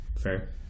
Fair